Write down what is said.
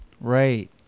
right